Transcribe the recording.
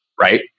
right